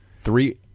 Three-